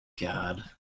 God